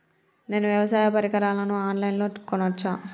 నేను వ్యవసాయ పరికరాలను ఆన్ లైన్ లో కొనచ్చా?